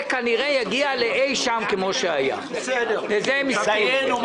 זה כנראה יגיע לאי-שם כפי שהיה, לזה הם הסכימו.